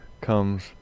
comes